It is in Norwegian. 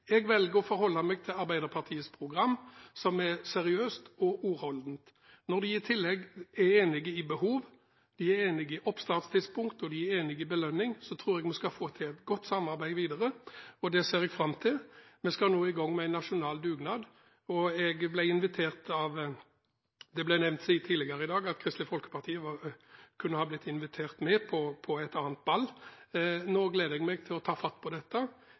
Jeg velger å forholde meg til Arbeiderpartiets program, som er seriøst og ordholdent. Når de i tillegg er enige i behov, oppstartstidspunkt og belønning, tror jeg vi skal få til et godt samarbeid videre, og det ser jeg fram til. Vi skal nå i gang med en nasjonal dugnad, og det ble tidligere i dag nevnt at Kristelig Folkeparti kunne ha blitt invitert med på et annet ball. Nå gleder jeg meg til å ta fatt på dette